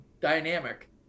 dynamic